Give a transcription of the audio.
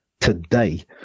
today